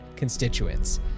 constituents